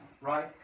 Right